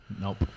nope